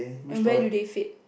and where do they fit